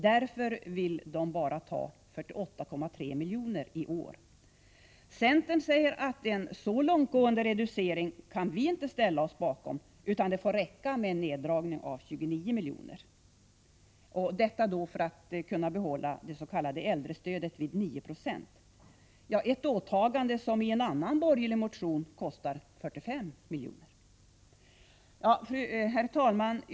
Därför vill folkpartiet bara minska anslaget med 48,3 miljoner i år. Centern säger att man inte kan ställa sig bakom en så långtgående reducering utan att det får räcka med en neddragning med 29 miljoner — detta för att kunna behålla det s.k. äldrestödet vid 9 70. Det är ett åtagande som i en annan borgerlig motion kostar 45 milj.kr. Herr talman!